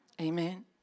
Amen